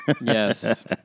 Yes